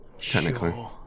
technically